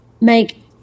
make